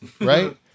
right